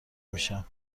میشم